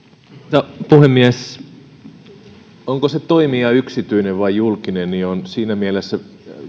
arvoisa puhemies se onko se toimija yksityinen vai julkinen on siinä mielessä